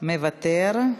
מוותר,